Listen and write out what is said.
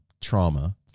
trauma